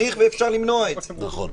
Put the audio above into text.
ואתם לא מגדירים בחוק מה זה סוכה,